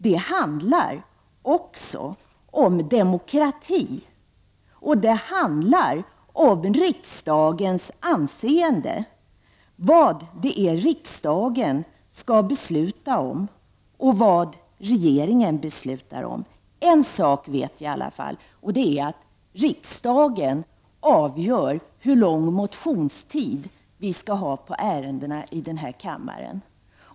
Det handlar också om demokrati, och det handlar om riksdagens möjligheter — vad det är riksdagen skall besluta om och vad regeringen beslutar om. En sak vet jag i alla fall. och det är att riksdagen avgör hur lång motionstid vi skall ha på ärendena.